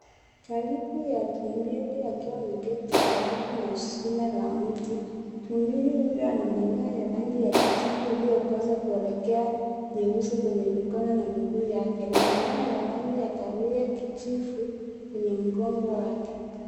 Taliki ya tumbili akiwa ameketi karibu na shina la mti. Tumbili huyo ana manyoya ya rangi ya kijivu iliyokosa kuelekea nyeusi kwenye mikono na miguu yake , na manyoya ya rangi ya kahawia kijivu kwenye mgongo wake.